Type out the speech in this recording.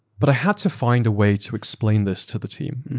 but i had to find a way to explain this to the team.